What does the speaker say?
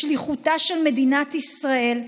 בשליחותה של מדינת ישראל,